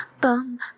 bum